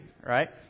right